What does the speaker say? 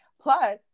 plus